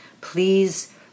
please